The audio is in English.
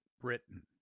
Britain